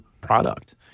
product